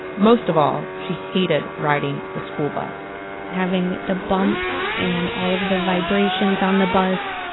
most of all, she hated riding the school bus having the bumps and all of the vibrations on the bus,